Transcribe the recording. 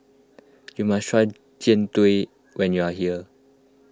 you must try Jian Dui when you are here